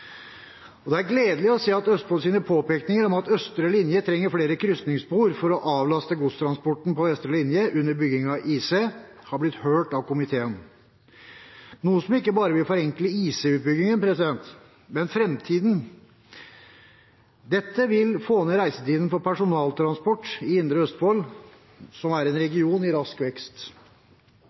stasjon. Det er gledelig å se at Østfolds påpekninger om at østre linje trenger flere krysningsspor for å avlaste godstransporten på vestre linje under byggingen av IC, har blitt hørt av komiteen, noe som ikke bare vil forenkle IC-utbyggingen, men i framtiden også få ned reisetiden for persontransporten i indre Østfold, som er en region i rask vekst.